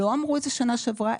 לא אמרו את זה בשנה שעברה,